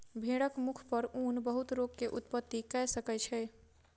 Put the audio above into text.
भेड़क मुख पर ऊन बहुत रोग के उत्पत्ति कय सकै छै